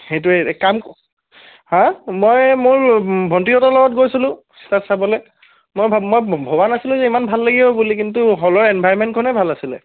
সেইটোৱেই এই কাম হাঁ মই মোৰ ভণ্টিহঁতৰ লগত গৈছিলোঁ তাত চাবলৈ মই ভাৱ মই ভবা নাছিলোঁ যে ইমান ভাল লাগিব বুলি কিন্তু হলৰ এনভাইৰনমেণ্টখনে ভাল আছিলে